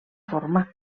forma